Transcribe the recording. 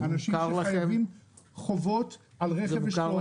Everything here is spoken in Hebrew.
אנשים שיש להם חובות על רכב אשכול,